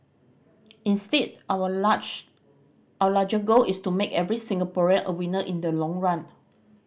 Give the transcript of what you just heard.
instead our large our larger goal is to make every Singaporean a winner in the long run